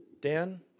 Dan